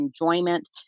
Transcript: enjoyment